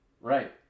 Right